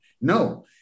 No